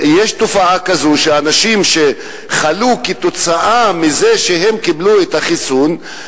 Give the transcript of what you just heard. יש תופעה כזאת של אנשים שחלו כתוצאה מזה שהם קיבלו את החיסון,